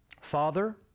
Father